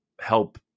help